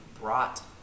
brought